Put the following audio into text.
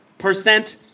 percent